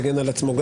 הוא יגן על עצמו.